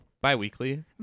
Bi-weekly